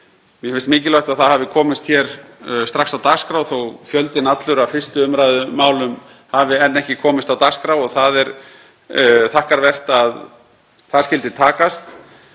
Mér finnst mikilvægt að það hafi komist hér strax á dagskrá þó að fjöldinn allur af 1. umr. málum hafi enn ekki komist á dagskrá og það er þakkarvert að það skyldi takast.